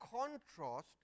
contrast